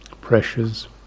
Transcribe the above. Pressures